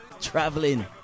traveling